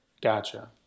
gotcha